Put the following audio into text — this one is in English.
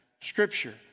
scripture